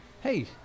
hey